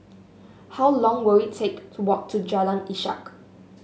how long will it take to walk to Jalan Ishak